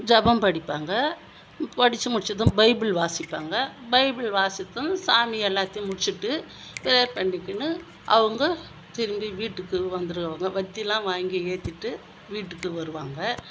ஜெபம் படிப்பாங்க படித்து முடிச்சதும் பைபிள் வாசிப்பாங்க பைபிள் வாசித்தும் சாமி எல்லாத்தையும் முடிச்சுட்டு ப்ரேயர் பண்ணிக்கின்னு அவங்க திரும்பி வீட்டுக்கு வந்துருவாங்க பற்றிலாம் வாங்கி ஏற்றிட்டு வீட்டுக்கு வருவாங்க